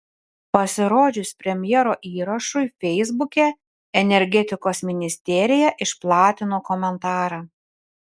pasirodžius premjero įrašui feisbuke energetikos ministerija išplatino komentarą